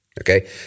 Okay